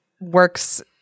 works